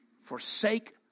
Forsake